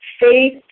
faith